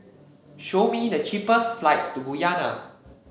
show me the cheapest flights to Guyana